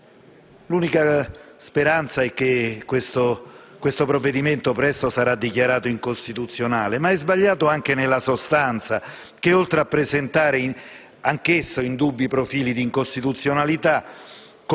L'unica speranza è che questo provvedimento presto sarà dichiarato incostituzionale. Esso, però, è sbagliato anche nella sostanza perché, oltre a presentare anch'essa indubbi profili di incostituzionalità,